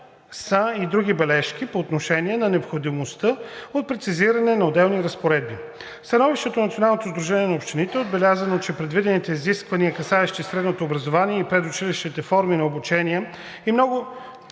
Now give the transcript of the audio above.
са и други бележки по отношение на необходимостта от прецизиране на отделни разпоредби. В становището на Националното сдружение на общините е отбелязано, че предвидените изисквания, касаещи средното образование и предучилищните форми на обучение, в много